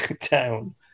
down